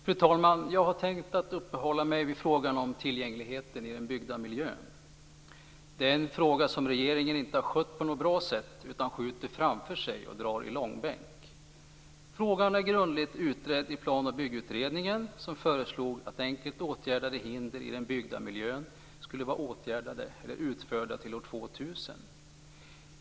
Fru talman! Jag har tänkt att uppehålla mig vid frågan om tillgängligheten i den byggda miljön. Det är en fråga som regeringen inte har skött på något bra sätt utan skjuter framför sig och drar i långbänk. Frågan är grundligt utredd i Plan och byggutredningen, som föreslog att enkelt åtgärdade hinder i den byggda miljön skulle vara utförda till år 2000.